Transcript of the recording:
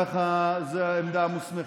ככה זה העמדה המוסמכת.